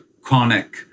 chronic